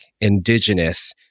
Indigenous